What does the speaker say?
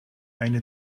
eine